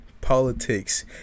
Politics